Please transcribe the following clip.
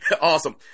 awesome